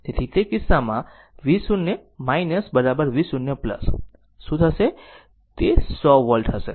તેથી તે કિસ્સામાં v0 v0 શું થશે તે 100 વોલ્ટ હશે